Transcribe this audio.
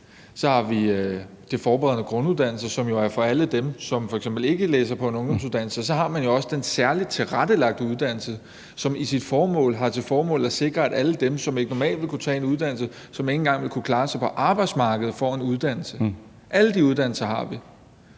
så har vi de forberedende grunduddannelser, som jo er for alle dem, som f.eks. ikke læser på en ungdomsuddannelse, og så har vi jo også den særligt tilrettelagte uddannelse, som har til formål at sikre, at alle dem, som ikke normalt vil kunne tage en uddannelse, og som ikke engang vil kunne klare sig på arbejdsmarkedet, får en uddannelse. Alle de uddannelser har vi.